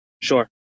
Sure